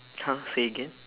!huh! say again